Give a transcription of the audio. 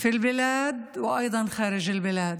בארץ וגם בחו"ל.